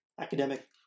academic